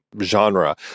genre